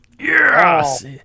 Yes